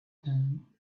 than